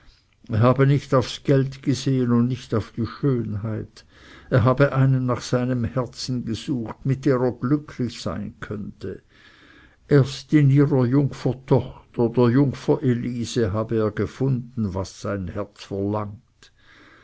habe nicht aufs geld gesehen und nicht auf die schönheit er habe eine nach seinem herzen gesucht mit der er glücklich sein könne erst in ihrer jungfer tochter der jungfer elise habe er gefunden was sein herz verlangt